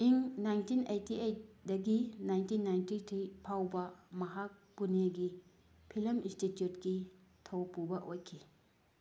ꯏꯪ nineteen eighty ꯑꯩꯠꯇꯒꯤ nineteen ninety three ꯐꯥꯎꯕ ꯃꯍꯥꯛ ꯄꯨꯅꯦꯒꯤ ꯐꯤꯂꯝ ꯏꯟꯁꯇꯤꯌꯨꯗꯀꯤ ꯊꯧ ꯄꯨꯕ ꯑꯣꯏꯈꯤ